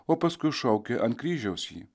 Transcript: o paskui šaukė ant kryžiaus jį